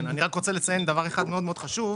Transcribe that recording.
אני רוצה לציין דבר אחד מאוד מאוד חשוב.